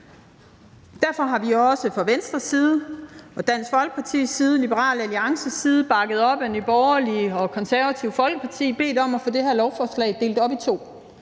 Derfor har vi også fra Venstres side, Dansk Folkepartis side og Liberal Alliances side, bakket op af Nye Borgerlige og Det Konservative Folkeparti, bedt om at få det her lovforslag delt op i to